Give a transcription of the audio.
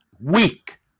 Weak